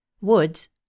Woods